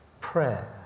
prayer